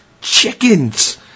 chickens